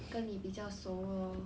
跟你比较熟 lor